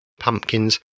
Pumpkins